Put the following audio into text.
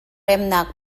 remnak